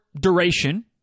duration